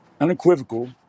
unequivocal